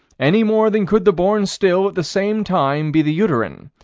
any more than could the born still at the same time be the uterine,